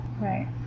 Right